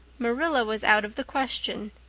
marilla was out of the question.